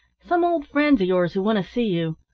some old friends of yours who want to see you.